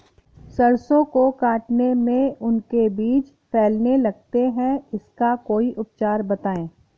सरसो को काटने में उनके बीज फैलने लगते हैं इसका कोई उपचार बताएं?